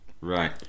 Right